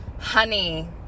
honey